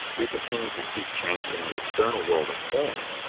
we continue to seek change in the external world of forms,